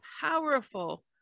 powerful